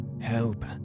help